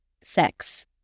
sex